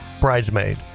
bridesmaid